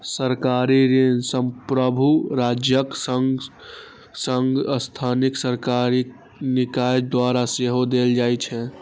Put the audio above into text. सरकारी ऋण संप्रभु राज्यक संग संग स्थानीय सरकारी निकाय द्वारा सेहो देल जाइ छै